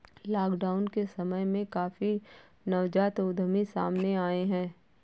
lockdown के समय में काफी नवजात उद्यमी सामने आए हैं